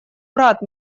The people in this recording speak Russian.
брат